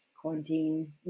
quarantine